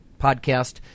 podcast